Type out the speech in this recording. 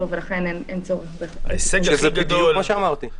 ולכן אין צורך --- זה בדיוק מה שאמרתי.